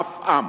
אף עם